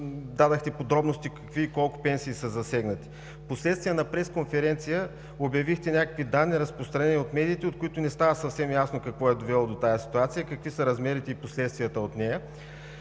дадохте подробности какви и колко пенсии са засегнати. Впоследствие на пресконференция обявихте някакви данни, разпространени от медиите, от които не става съвсем ясно какво е довело до тази ситуация, какви са размерите и последствията от нея.